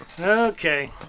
Okay